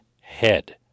head